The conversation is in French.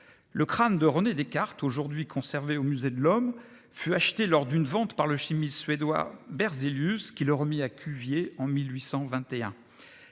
Le crâne de René Descartes, actuellement conservé au musée de l'Homme, fut acheté lors d'une vente par le chimiste suédois Berzelius, qui le remit à Cuvier en 1821.